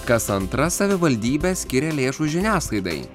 kas antra savivaldybė skiria lėšų žiniasklaidai